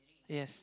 yes